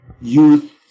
youth